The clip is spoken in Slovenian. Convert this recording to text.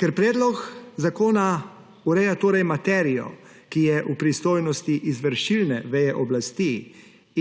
Ker predlog zakona ureja torej materijo, ki je v pristojnosti izvršilne veje oblasti